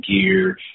gear